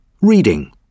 reading